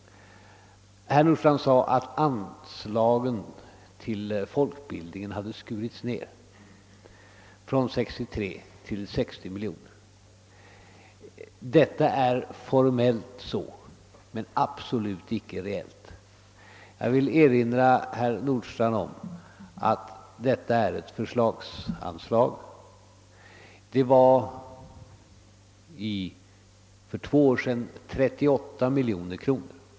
Herr Nordstrandh sade att anslaget till folkbildning hade skurits ned från 63 till 60 miljoner kronor. Detta är riktigt rent formellt men absolut inte reellt. Jag vill erinra herr Nordstrandh om att detta är ett förslagsanslag, som för två år sedan var 38 miljoner kronor.